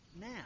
now